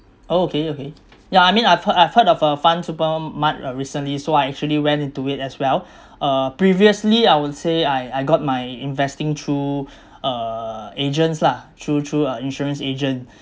okay okay yeah I mean I've heard I've heard of uh fundsupermart uh recently so I actually went into it as well uh previously I would say I I got my investing through uh agents lah through through uh insurance agent